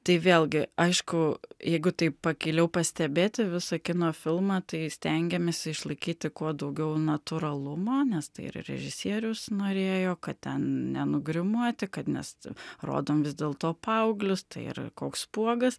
tai vėlgi aišku jeigu taip akyliau pastebėti visą kino filmą tai stengiamės išlaikyti kuo daugiau natūralumo nes tai ir režisierius norėjo kad ten ne nugrimuoti kad mes rodom vis dėlto paauglius tai yra koks spuogas